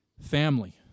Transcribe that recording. family